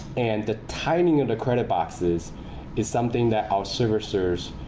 and the tightening of the credit boxes is something that our servicers